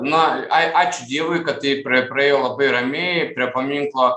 na ai ačiū dievui kad tai praėjo labai ramiai prie paminklo